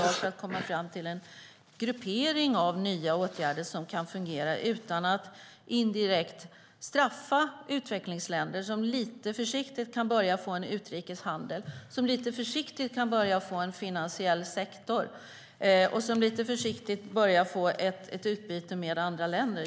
Det handlar om att komma fram till en gruppering av nya åtgärder som kan fungera utan att indirekt straffa utvecklingsländer som lite försiktigt kan börja få en utrikeshandel, som lite försiktigt kan börja få en finansiell sektor och som lite försiktigt börjar få ett utbyte med andra länder.